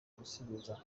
gusubira